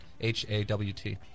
H-A-W-T